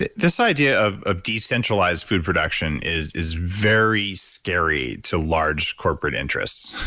ah this idea of of decentralized food production is is very scary to large corporate interests.